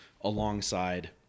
alongside